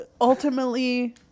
ultimately